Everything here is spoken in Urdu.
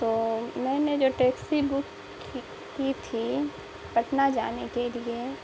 تو میں نے جو ٹیکسی بک کی تھی پٹنہ جانے کے لیے